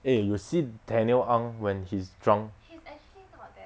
eh you see daniel ang when he's drunk